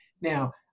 Now